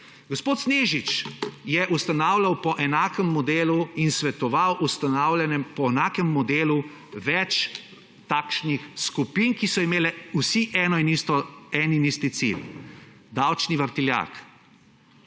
Gospod Snežić je ustanavljal po enakem modelu in svetoval ustanavljanje po enakem modelu več takšnih skupin, ki so imele vse en in isti cilj, davčni vrtiljak,